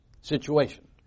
situation